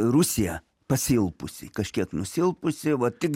rusija pasilpusi kažkiek nusilpusi va tik